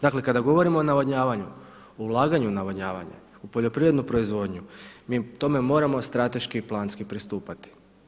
Dakle kada govorimo o navodnjavanju, o ulaganju navodnjavanja, u poljoprivrednu proizvodnju mi tome moramo strateški i planski pristupati.